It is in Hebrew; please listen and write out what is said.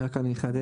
רק אני אחדד,